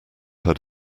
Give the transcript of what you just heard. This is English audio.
had